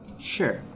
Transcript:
Sure